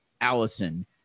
Allison